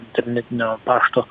internetinio pašto